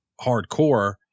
hardcore